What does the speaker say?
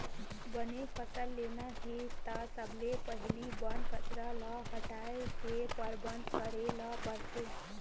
बने फसल लेना हे त सबले पहिली बन कचरा ल हटाए के परबंध करे ल परथे